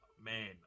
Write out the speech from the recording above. Man